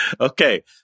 Okay